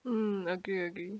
mm agree agree